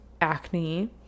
acne